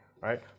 right